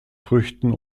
früchten